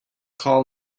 call